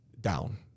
Down